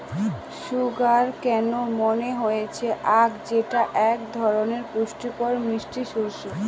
sugar কেন মানে হচ্ছে আঁখ যেটা এক ধরনের পুষ্টিকর মিষ্টি শস্য